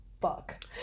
fuck